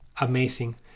Amazing